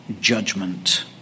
judgment